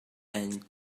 and